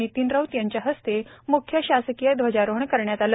नितीन राऊत यांच्या हस्ते म्ख्य शासकीय ध्वजारोहण करण्यात आले